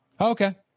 Okay